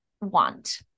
want